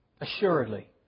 Assuredly